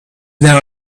now